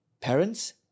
parents